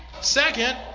Second